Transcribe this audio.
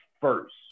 first